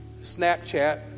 Snapchat